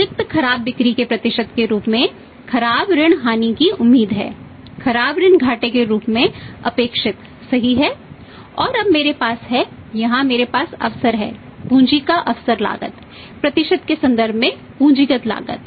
अतिरिक्त खराब बिक्री के प्रतिशत के रूप में खराब ऋण हानि की उम्मीद है खराब ऋण घाटे के रूप में अपेक्षित सही हैऔर अब मेरे पास है यहाँ मेरे पास अवसर है पूंजी की अवसर लागत प्रतिशत के संदर्भ में पूंजीगत लागत